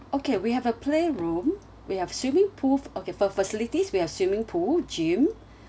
okay we have a playroom we have swimming pool okay for facilities we have swimming pool gym